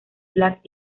black